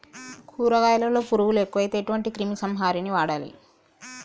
కూరగాయలలో పురుగులు ఎక్కువైతే ఎటువంటి క్రిమి సంహారిణి వాడాలి?